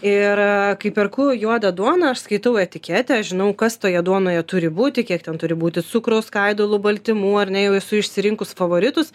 ir kai perku juodą duoną aš skaitau etiketę aš žinau kas toje duonoje turi būti kiek ten turi būti cukraus skaidulų baltymų ar ne jau esu išsirinkus favoritus